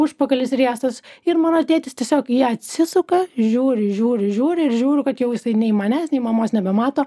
užpakalis riestas ir mano tėtis tiesiog į ją atsisuka žiūri žiūri žiūri ir žiūriu kad jau jisai nei manęs nei mamos nebemato